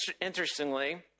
Interestingly